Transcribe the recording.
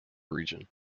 region